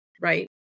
right